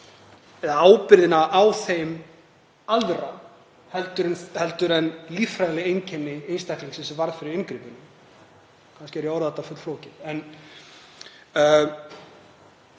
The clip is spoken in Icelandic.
eða ábyrgðina á þeim aðra en líffræðileg einkenni einstaklingsins sem varð fyrir inngripinu. Kannski orða ég þetta fullflókið.